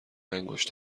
انگشت